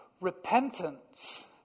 repentance